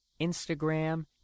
Instagram